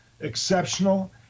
exceptional